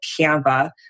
Canva